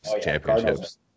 championships